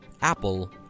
apple